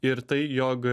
ir tai jog